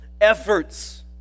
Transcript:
efforts